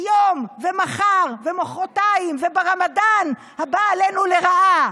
היום ומחר ומוחרתיים וברמדאן הבא עלינו לרעה.